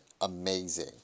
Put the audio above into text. amazing